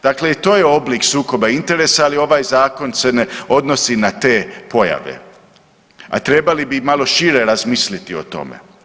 Dakle i to je oblik sukoba interesa, ali ovaj zakon se ne odnosi na te pojave, a trebali bi i malo šire razmisliti o tome.